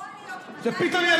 יכול להיות שמתישהו,